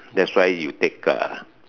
that's why you take a